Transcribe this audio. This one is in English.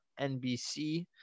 NBC